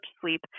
sleep